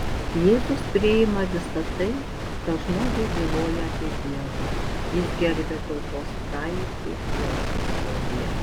jėzus priima visa tai kas žmogui byloja apie dievą jis gerbia tautos praeitį jos istoriją